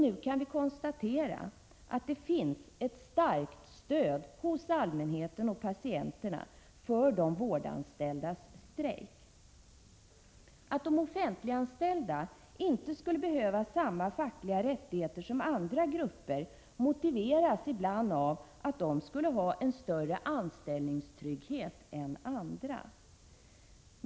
Nu kan vi konstatera att det finns ett starkt stöd hos allmänheten och patienterna för de vårdanställdas strejk. Att de offentliganställda inte skulle behöva samma fackliga rättigheter som andra grupper motiveras ibland av att de skulle ha en större anställningstrygghet än andra.